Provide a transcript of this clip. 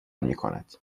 میکند